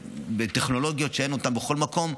בטכנולוגיות שאין בכל מקום,